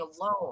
alone